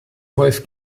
wolf